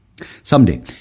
Someday